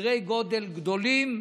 בסדרי גודל גדולים.